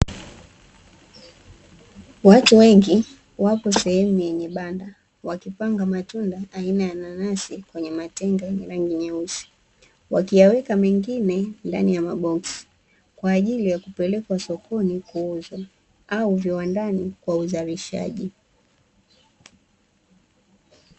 Watu wengi wapo sehemu yenye banda wakipanga matunda aina ya nanasi kwenye matenga yenye rangi nyeusi, wakiyaweka mengine ndani ya maboksi kwa ajili ya kupelekwa sokoni kuuzwa au viwandani kwa uzalishaji.